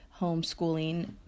homeschooling